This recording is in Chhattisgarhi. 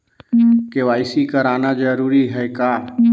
के.वाई.सी कराना जरूरी है का?